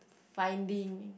finding